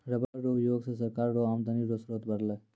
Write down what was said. rubber रो उयोग से सरकार रो आमदनी रो स्रोत बरलै